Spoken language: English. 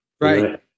right